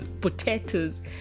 potatoes